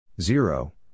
Zero